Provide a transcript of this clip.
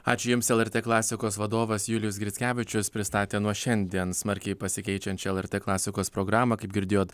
ačiū jums lrt klasikos vadovas julijus grickevičius pristatė nuo šiandien smarkiai pasikeičiančią lrt klasikos programą kaip girdėjot